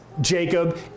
Jacob